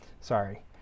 Sorry